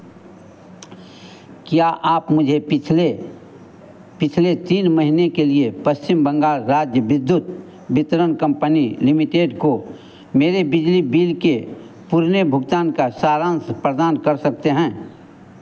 क्या आप मुझे पिछले पिछले तीन महीने के लिए पश्चिम बंगाल राज्य विद्युत वितरण कम्पनी लिमिटेड को मेरे बिजली बिल के पुराने भुगतान का सारांश प्रदान कर सकते हैं